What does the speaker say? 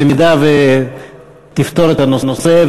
אם תפתור את הנושא,